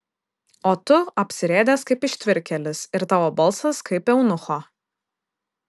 o tu apsirėdęs kaip ištvirkėlis ir tavo balsas kaip eunucho